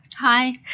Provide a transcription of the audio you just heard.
Hi